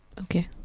okay